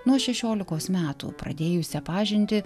nuo šešiolikos metų pradėjusia pažintį